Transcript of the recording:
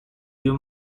you